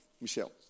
Michelle